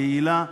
יעילה,